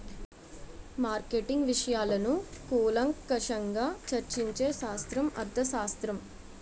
marketing విషయాలను కూలంకషంగా చర్చించే శాస్త్రం అర్థశాస్త్రం